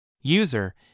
User